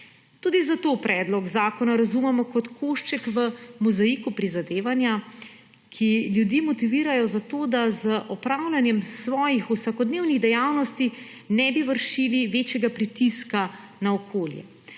Tudi zato predlog zakona razumemo kot košček v mozaiku prizadevanja, ki ljudi motivira zato, da z opravljanjem svojih vsakodnevnih dejavnosti ne bi vršili večjega pritiska na okolje.